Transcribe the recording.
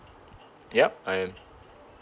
yup I am